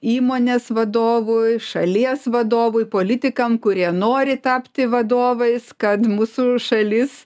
įmonės vadovui šalies vadovui politikam kurie nori tapti vadovais kad mūsų šalis